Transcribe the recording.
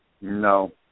No